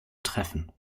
treffen